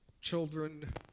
children